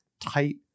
tight